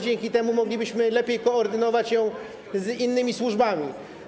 Dzięki temu moglibyśmy lepiej koordynować ją z innymi służbami.